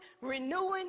renewing